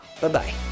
Bye-bye